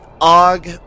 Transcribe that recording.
Og